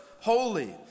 holy